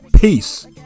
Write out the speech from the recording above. Peace